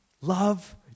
love